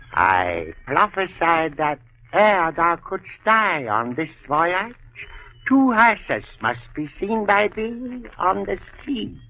i? prophesied that ere thou couldst i on this voyage to isis must be seen by these on the ski